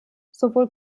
sowohl